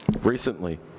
Recently